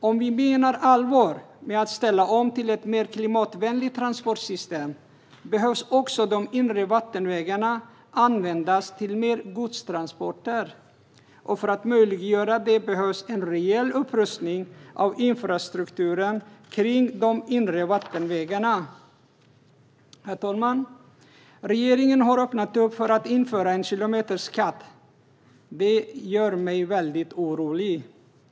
Om vi menar allvar med att ställa om till ett mer klimatvänligt transportsystem behöver också de inre vattenvägarna användas för mer godstransporter. För att möjliggöra det behövs en rejäl upprustning av infrastrukturen på de inre vattenvägarna. Herr talman! Regeringen har öppnat för att införa en kilometerskatt. Det gör mig väldigt orolig.